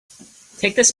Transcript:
this